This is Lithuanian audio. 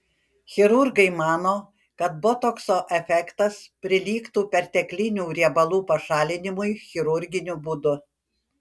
chirurgai mano kad botokso efektas prilygtų perteklinių riebalų pašalinimui chirurginiu būdu